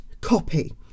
copy